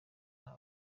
nta